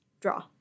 Draw